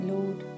Lord